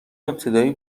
ابتدایی